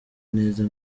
neza